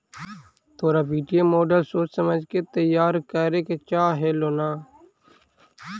तोरा वित्तीय मॉडल सोच समझ के तईयार करे के चाह हेलो न